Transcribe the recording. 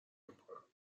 کنم